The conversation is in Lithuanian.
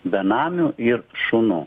benamių ir šunų